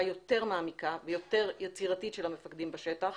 יותר מעמיקה ויותר יצירתית של המפקדים בשטח.